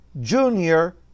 junior